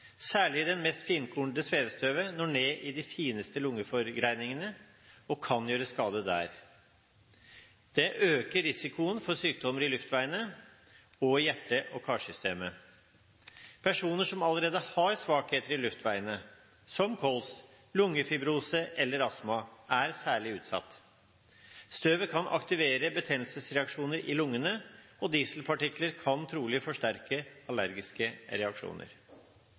Særlig det mest finkornete svevestøvet når ned i de fineste lungeforgreiningene og kan gjøre skade der. Det øker risikoen for sykdommer i luftveiene og i hjerte-karsystemet. Personer som allerede har svakheter i luftveiene, som kols, lungefibrose eller astma, er særlig utsatt. Støvet kan aktivere betennelsesreaksjoner i lungene, og dieselpartikler kan trolig forsterke allergiske reaksjoner.